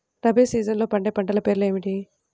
రబీ సీజన్లో పండే పంటల పేర్లు ఏమిటి?